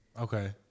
Okay